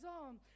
on